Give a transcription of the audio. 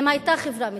אם היתה חברה מתוקנת,